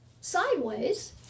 sideways